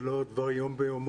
זה לא דבר של יום ביומו,